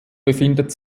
befindet